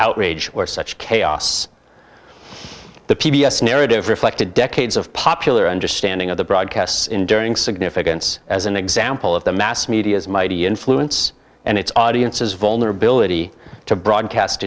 outrage or such chaos the p b s narrative reflected decades of popular understanding of the broadcasts enduring significance as an example of the mass media's mighty influence and its audience's vulnerability to broadcast